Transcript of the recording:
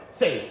say